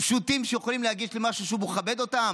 פשוטים מרגישים שהם יכולים לגשת, משהו שמכבד אותם?